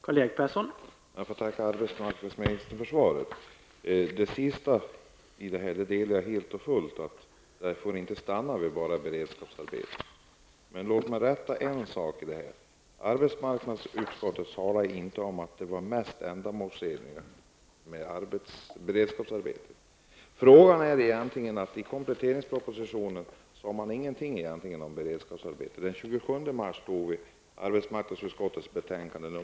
Herr talman! Jag får tacka arbetsmarknadsministern för svaret. Jag delar helt och fullt det sista statsrådet sade, dvs. att åtgärderna får inte stanna enbart vid beredskapsarbeten. Men låt mig få rätta en sak i sammanhanget. Arbetsmarknadsutskottet talade inte om att det skulle vara mest ändamålsenligt med beredskapsarbeten. Frågan bygger egentligen på att det i kompletteringspropositionen inte står något om beredskapsarbeten. Den 27 mars tog riksdagen ställning till arbetsmarknadsutskottets betänkande 11.